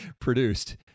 produced